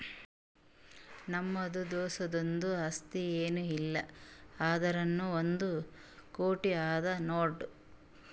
ನಮ್ದು ದೋಸ್ತುಂದು ಆಸ್ತಿ ಏನ್ ಇಲ್ಲ ಅಂದುರ್ನೂ ಒಂದ್ ಕೋಟಿ ಅದಾ ನೋಡ್